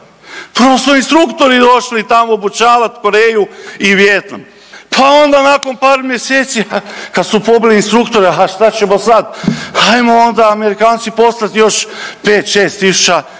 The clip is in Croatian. prvo su instruktori došli tamo obučavat Koreju i Vijetnam, pa onda nakon par mjeseci kad su pobili instruktore, ha šta ćemo sad, hajmo onda Amerikancima poslat još 5-6 tisuća